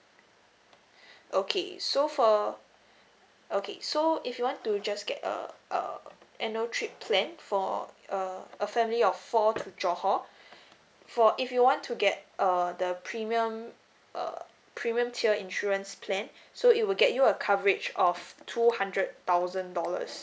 okay so for okay so if you want to just get a uh annual trip plan for uh a family of four to johor for if you want to get uh the premium uh premium tier insurance plan so it will get you a coverage of two hundred thousand dollars